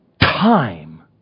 time